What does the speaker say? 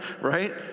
Right